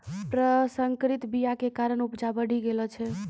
प्रसंकरित बीया के कारण उपजा बढ़ि गेलो छै